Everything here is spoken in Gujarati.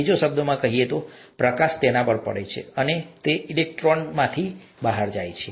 બીજા શબ્દોમાં કહીએ તો પ્રકાશ તેના પર પડે છે અને ઇલેક્ટ્રોન તેમાંથી બહાર જાય છે